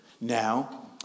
Now